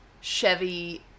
Chevy